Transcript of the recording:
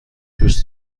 دوست